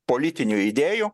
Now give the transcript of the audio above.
politinių idėjų